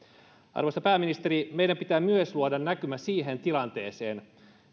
arvoisa pääministeri meidän pitää myös luoda näkymä siihen tilanteeseen